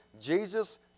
Jesus